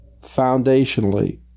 foundationally